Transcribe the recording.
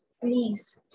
Please